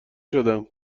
شدم